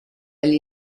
agli